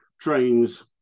trains